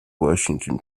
washington